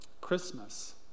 Christmas